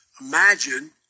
Imagine